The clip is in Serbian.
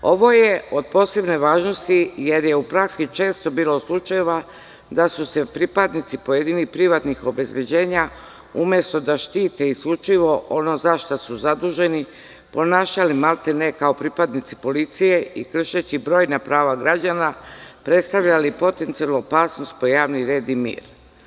Ovo je od posebne važnosti jer je u praksi često bilo slučajeva da su se pripadnici pojedinih privatnih obezbeđenja, umesto da štite isključivo za šta su zaduženi, ponašali maltene kao pripadnici policije i kršeći brojna prava građana, predstavljali potencijalnu opasnost po javni red i mir.